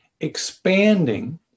expanding